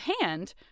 hand